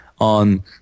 on